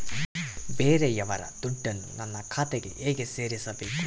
ಬೇರೆಯವರ ದುಡ್ಡನ್ನು ನನ್ನ ಖಾತೆಗೆ ಹೇಗೆ ಸೇರಿಸಬೇಕು?